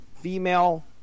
female